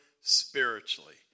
spiritually